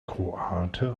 kroate